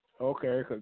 Okay